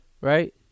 right